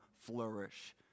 flourish